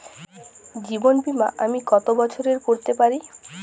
জীবন বীমা আমি কতো বছরের করতে পারি?